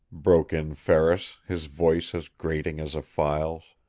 broke in ferris, his voice as grating as a file's.